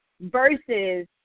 versus